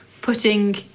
putting